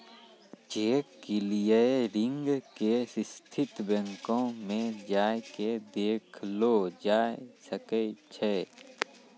cheque clearing के स्थिति बैंको मे जाय के देखलो जाय सकै छै